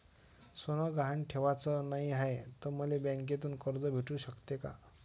सोनं गहान ठेवाच नाही हाय, त मले बँकेतून कर्ज भेटू शकते का?